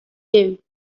you